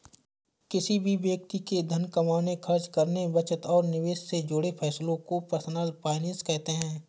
किसी भी व्यक्ति के धन कमाने, खर्च करने, बचत और निवेश से जुड़े फैसलों को पर्सनल फाइनैन्स कहते हैं